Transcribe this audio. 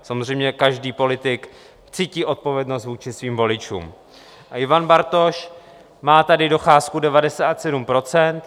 Samozřejmě, každý politik cítí odpovědnost vůči svým voličům a Ivan Bartoš má tady docházku 97 %.